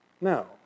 No